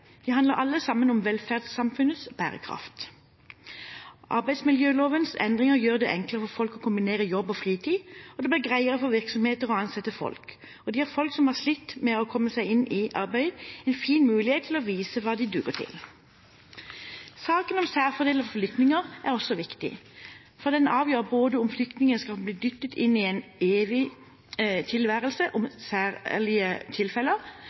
De handler alle sammen om velferdssamfunnets bærekraft. Arbeidsmiljølovens endringer gjør det enklere for folk å kombinere jobb og fritid, og det blir greiere for virksomheter å ansette folk. Det gir folk som har slitt med å komme seg i arbeid, en fin mulighet til å vise hva de duger til. Saken om særfordeler for flyktninger er også viktig, for den avgjør både om flyktningen skal bli dyttet inn i en evig tilværelse